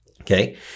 Okay